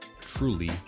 truly